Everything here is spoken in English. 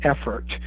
effort